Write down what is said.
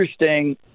interesting